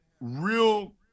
real